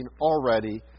already